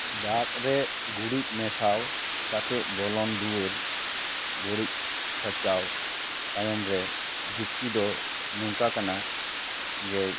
ᱫᱟᱜ ᱨᱮ ᱜᱩᱨᱤᱡ ᱢᱮᱥᱟᱣ ᱠᱟᱛᱮᱫ ᱵᱚᱞᱚᱱ ᱫᱩᱣᱟᱹᱨ ᱜᱩᱨᱤᱡ ᱠᱟᱪᱟᱣ ᱛᱟᱭᱚᱢ ᱨᱮ ᱡᱩᱠᱛᱤ ᱫᱚ ᱱᱚᱝᱠᱟ ᱠᱟᱱᱟ ᱡᱮ